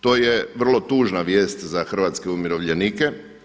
To je vrlo tužna vijest za hrvatske umirovljenike.